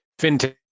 fintech